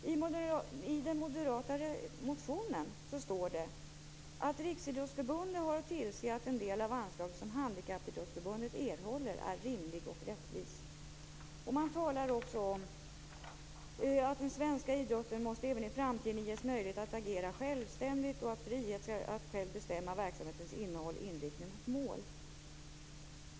Fru talman! I den moderata motionen står det att Riksidrottsförbundet har att tillse att den del av anslaget som Handikappidrottsförbundet erhåller är rimlig och rättvis. Man talar också om att den svenska idrotten även i framtiden måste ges möjligheter att agera självständigt. Den skall ha frihet att själv bestämma verksamhetens innehåll, inriktning och mål.